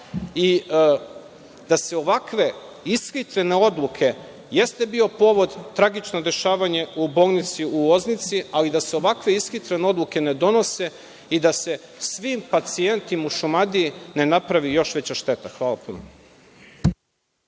i da se ovakve ishitrene odluke, jeste bio povod tragično dešavanje u bolnici u Loznici, ali da se ovakve ishitrene odluke ne donose i da se svim pacijentima u Šumadiji ne napravi još veća šteta. Hvala.